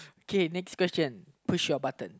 okay next question push your button